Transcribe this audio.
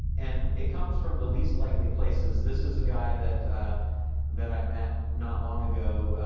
and it comes from the least-likely places. this is a guy that that i met not long ago